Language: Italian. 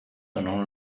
non